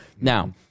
Now